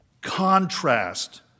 Contrast